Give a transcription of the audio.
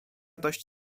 dość